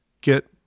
get